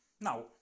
Now